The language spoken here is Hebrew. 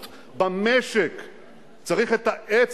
הוא חולב את הציבור במסים העקיפים.